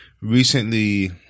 recently